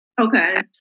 Okay